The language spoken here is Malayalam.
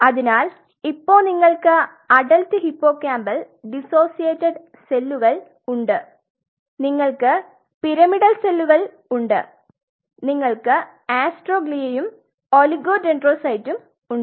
അതിനാൽ ഇപ്പൊ നിങ്ങൾക്ക് അഡൽറ്റ് ഹിപ്പോകാമ്പൽ ഡിസോസിയേറ്റഡ് സെല്ലുകൾ ഉണ്ട് നിങ്ങൾക്ക് പിരമിഡൽ സെല്ലുകൾ ഉണ്ട് നിങ്ങൾക്ക് അസ്ട്രോഗ്ലിയയുണ്ട് ഒലിഗോഡെൻഡ്രോസൈറ്റ് ഉണ്ട്